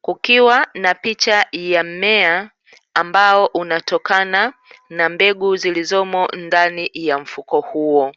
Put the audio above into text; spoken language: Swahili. kukiwa na picha ya mmea ambao unatokana na mbegu zilizomo ndani ya mfuko huo.